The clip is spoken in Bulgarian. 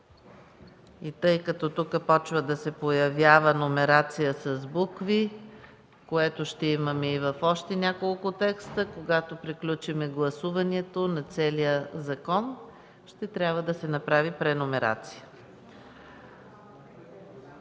Тъй като тук започва да се появява номерация с букви, което ще имаме и в още няколко текста, когато приключим гласуването на целия закон, ще трябва да се направи преномерация.